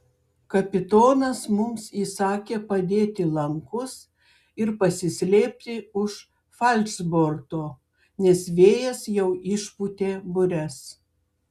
kapitonas mums įsakė padėti lankus ir pasislėpti už falšborto nes vėjas jau išpūtė bures